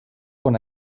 con